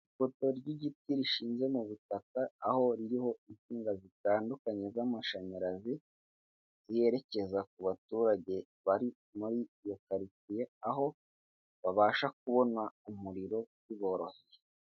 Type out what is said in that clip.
Ipoto ry'igiti rishinze mu butaka aho ririho insinga zitandukanye z'amashanyarazi yerekeza ku baturage bari muri iyo karitsiye, aho babasha kubona umuriro biboroheye.